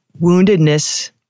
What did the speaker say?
woundedness